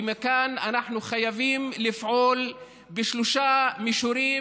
ומכאן אנחנו חייבים לפעול בשלושה מישורים,